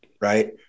right